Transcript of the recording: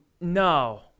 No